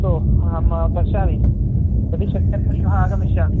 अस्तु अहं पश्यामि यदि शक्यते श्वः आगमिष्यामि